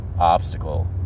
obstacle